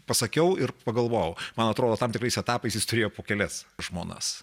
pasakiau ir pagalvojau man atrodo tam tikrais etapais jis turėjo po kelias žmonas